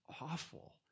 awful